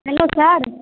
hello sir